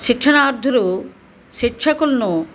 శిక్షణార్థులు శిక్షకులను